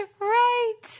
right